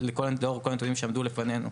שלאור כל הנתונים שעמדו לפנינו,